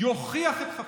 יוכיח את חפותו,